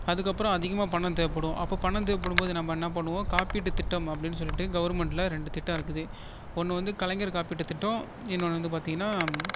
அதுக்கப்புறம் அதிகமாக பணம் தேவைப்படும் அப்போ பணம் தேவைப்படும்போது நம்ம என்ன பண்ணுவோம் காப்பீட்டு திட்டம் அப்படின்னு சொல்லிட்டு கவர்மெண்ட்டில் ரெண்டு திட்டம் இருக்குது ஒன்று வந்து கலைஞர் காப்பீட்டு திட்டம் இன்னொன்று வந்து பார்த்தீங்கன்னா